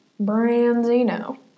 Branzino